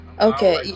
Okay